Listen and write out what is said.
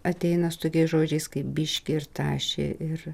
ateina su tokiais žodžiais kaip biškį ir tašė ir